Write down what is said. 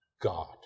God